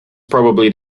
probably